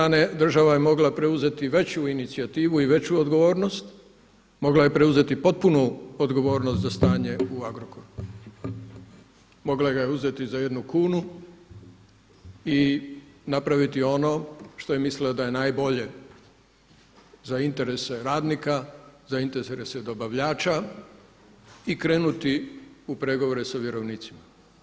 S druge strane država je mogla preuzeti veću inicijativu i veću odgovornost, mogla je preuzeti potpunu odgovornost za stanje u Agrokoru, mogla ga je uzeti za jednu kunu i napraviti ono što je mislila da je najbolje za interese radnika, za interese dobavljača i krenuti u pregovore sa vjerovnicima.